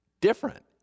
different